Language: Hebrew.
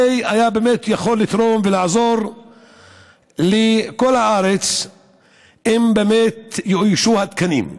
זה באמת היה יכול לתרום ולעזור לכל הארץ אם יאוישו התקנים.